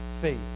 faith